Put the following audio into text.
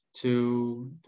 Two